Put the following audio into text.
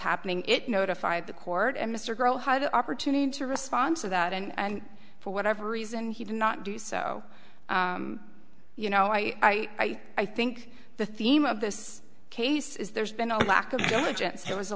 happening it notified the court and mr girl had the opportunity to respond to that and for whatever reason he did not do so you know i i think the theme of this case is there's been a lack of intelligence it was a